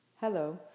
Hello